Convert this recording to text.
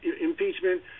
impeachment